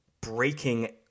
breaking